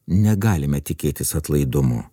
negalime tikėtis atlaidumo